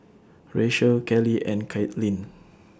Rachelle Kelley and Caitlynn